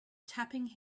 tapping